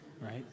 right